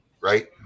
right